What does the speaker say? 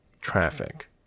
traffic